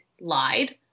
lied